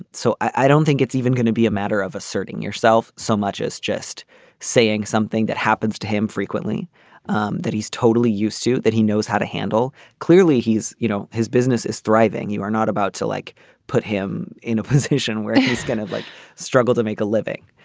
so i don't think it's even gonna be a matter of asserting yourself so much as just saying something that happens to him frequently um that he's totally used to that he knows how to handle. clearly he's you know his business is thriving you are not about to like put him in a position where he's going to like struggle to make a living.